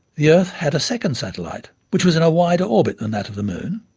the earth had a second satellite, which was in a wider orbit than that of the moon,